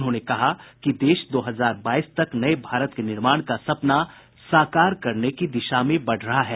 उन्होंने कहा कि देश दो हजार बाईस तक नये भारत के निर्माण का सपना साकार करने की दिशा में बढ़ रहा है